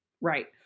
Right